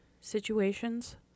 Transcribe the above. situations